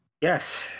Yes